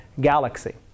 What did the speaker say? galaxy